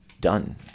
done